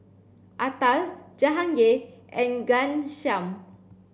Atal Jahangir and Ghanshyam